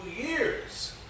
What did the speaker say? years